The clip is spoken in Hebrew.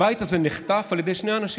הבית הזה נחטף על ידי שני אנשים.